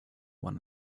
one